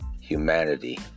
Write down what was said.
humanity